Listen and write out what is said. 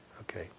Okay